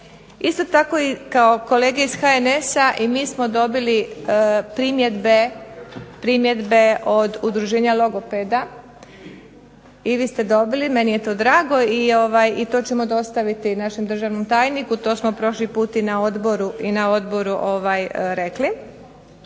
Isto tako kao kolege iz HNS-a, i mi smo dobili primjedbe od udruženja logopeda, i vi ste dobili, meni je to drago, i to ćemo dostaviti našem državnom tajniku, to smo prošli put i na odboru rekli,